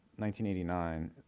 1989